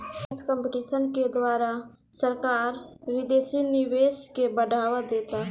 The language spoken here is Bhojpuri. टैक्स कंपटीशन के द्वारा सरकार विदेशी निवेश के बढ़ावा देता